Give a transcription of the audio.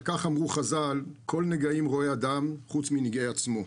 על כך אמרו חז"ל: כל נגעים רואה אדם חוץ מנגעי עצמו.